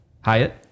Hyatt